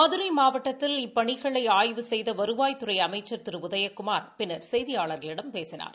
மதுரை மாவட்டத்தில் இப்பணிகளை ஆய்வு செய்த வருவாய்த்துறை அமைச்சர் திரு உதயகுமா் பின்னர் செய்தியாளர்களிடம் பேசினார்